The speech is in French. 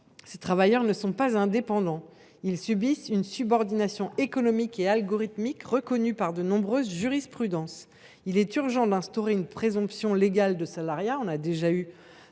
ces travailleurs ne sont pas indépendants. Ils subissent une subordination économique et algorithmique reconnue par de nombreuses jurisprudences. Aussi, il est urgent d’instaurer une présomption légale de salariat ; nous avons déjà eu